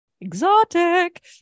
exotic